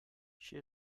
she